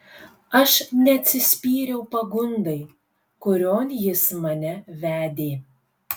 aš neatsispyriau pagundai kurion jis mane vedė